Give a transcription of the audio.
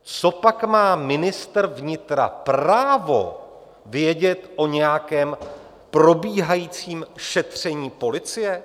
Copak má ministr vnitra právo vědět o nějakém probíhajícím šetření policie?